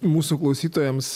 mūsų klausytojams